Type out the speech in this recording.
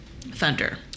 thunder